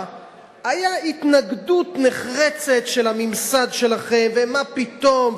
היתה התנגדות נחרצת של הממסד שלהם: מה פתאום?